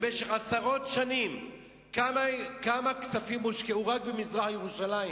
במשך עשרות שנים כמה כספים הושקעו רק במזרח-ירושלים,